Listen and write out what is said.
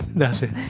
nothin'.